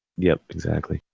yup. exactly.